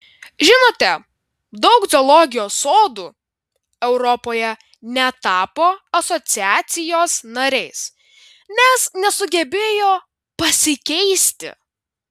žinote daug zoologijos sodų europoje netapo asociacijos nariais nes nesugebėjo pasikeisti